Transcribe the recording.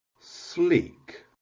sleek